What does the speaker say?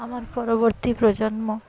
আমার পরবর্তী প্রজন্ম